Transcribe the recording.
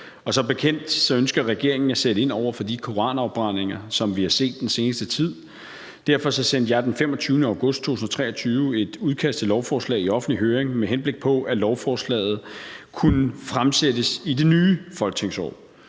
Og som bekendt ønsker regeringen at sætte ind over for de koranafbrændinger, som vi har set den seneste tid. Derfor sendte jeg den 25. august 2023 et udkast til lovforslag i offentlig høring, med henblik på at lovforslaget kunne fremsættes i det nye folketingsår,